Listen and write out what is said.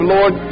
Lord